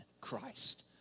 Christ